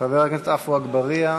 חבר הכנסת עפו אגבאריה,